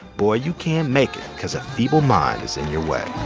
boy, you can't make it cause a feeble mind is in your way